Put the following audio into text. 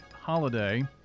holiday